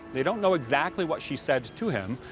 they don't know exactly what she said to him,